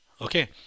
Okay